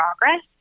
progress